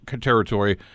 territory